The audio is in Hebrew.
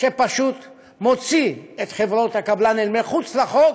שפשוט מוציא את חברות הקבלן אל מחוץ לחוק.